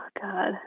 God